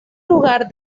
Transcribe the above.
lugar